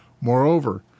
Moreover